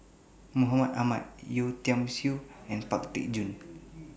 Mohammed Ahmad Yeo Tiam Siew and Pang Teck Joon